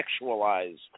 sexualized